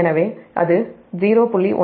எனவே அது 0